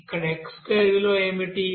ఇక్కడ x2 విలువ ఏమిటి